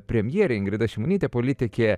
premjerė ingrida šimonytė politikė